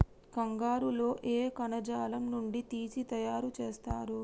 కంగారు లో ఏ కణజాలం నుండి తీసి తయారు చేస్తారు?